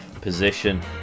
position